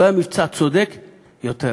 לא היה מבצע צודק יותר.